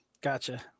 Gotcha